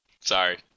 Sorry